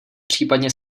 případně